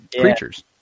creatures